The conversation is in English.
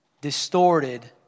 distorted